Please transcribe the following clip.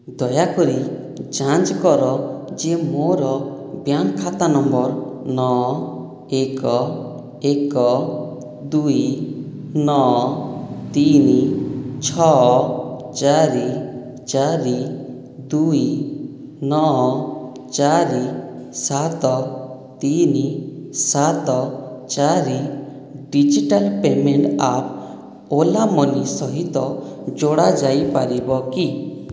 ଦୟାକରି ଯାଞ୍ଚ କର ଯେ ମୋର ବ୍ୟାଙ୍କ ଖାତା ନମ୍ବର ନଅ ଏକ ଏକ ଦୁଇ ନଅ ତିନି ଛଅ ଚାରି ଚାରି ଦୁଇ ନଅ ଚାରି ସାତ ତିନି ସାତ ଚାରି digital payment app Ola Money ସହିତ ଯୋଡ଼ା ଯାଇପାରିବ କି